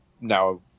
now